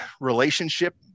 relationship